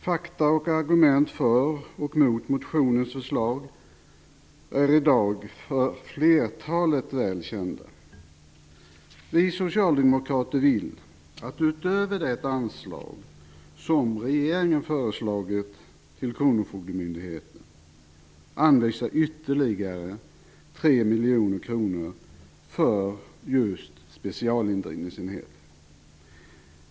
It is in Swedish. Fakta och argument för och emot motionens förslag är i dag väl kända för flertalet. Vi socialdemokrater vill att utöver det anslag som regeringen föreslagit till kronofogdemyndigheterna anvisa ytterligare 3 miljoner kronor för just specialindrivningsenheten.